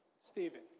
Stephen